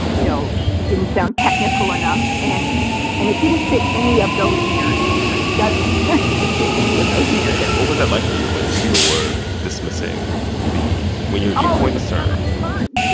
you know, it didn't sound technical enough and and it didn't fit any of those narratives cause it doesn't fit any of those narratives what was that like for you when people were dismissing the when you coined this term? oh,